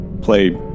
Play